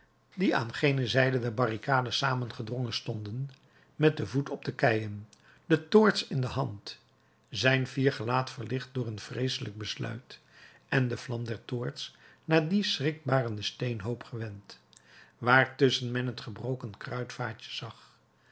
die aan gene zijde der barricade saamgedrongen stonden met den voet op de keien de toorts in de hand zijn fier gelaat verlicht door een vreeselijk besluit en de vlam der toorts naar dien schrikbarenden steenhoop gewend waartusschen men het gebroken kruitvaatje zag